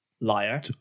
Liar